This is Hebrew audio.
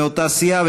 שהם מאותה סיעה,